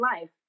life